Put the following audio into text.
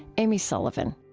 amy sullivan